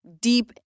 deep